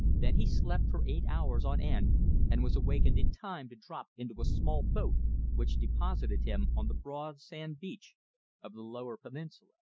then he slept for eight hours on end and was awakened in time to drop into a small boat which deposited him on the broad sand beach of the lower peninsula.